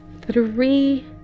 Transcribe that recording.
three